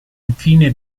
infine